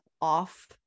off